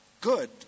good